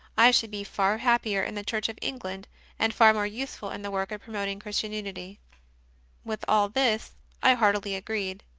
i should be far happier in the church of england and far more useful in the work of promoting christian unity with all this i heartily agreed.